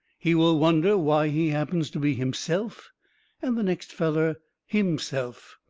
he will wonder why he happens to be himself and the next feller himself.